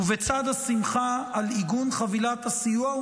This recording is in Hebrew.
ובצד השמחה על עיגון חבילת הסיוע,